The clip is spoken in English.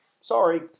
Sorry